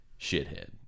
shithead